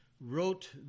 wrote